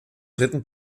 dritten